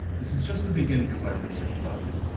this is just the beginning of my research project,